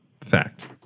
fact